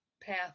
path